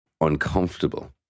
uncomfortable